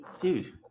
dude